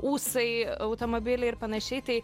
ūsai automobiliai ir panašiai tai